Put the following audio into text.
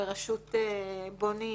בראשות בוני